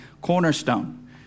Cornerstone